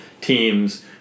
teams